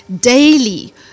daily